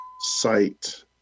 site